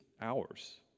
hours